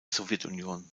sowjetunion